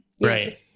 right